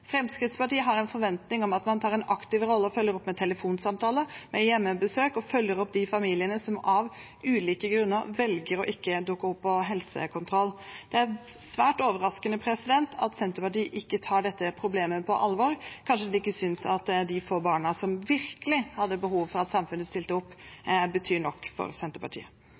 Fremskrittspartiet har en forventning om at man tar en aktiv rolle og følger opp med telefonsamtale eller hjemmebesøk hos de familiene som av ulike grunner velger å ikke dukke opp på helsekontroll. Det er svært overraskende at Senterpartiet ikke tar dette problemet på alvor. Kanskje de få barna som virkelig hadde hatt behov for at samfunnet stilte opp, ikke betyr nok for Senterpartiet?